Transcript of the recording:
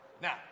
Now